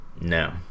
No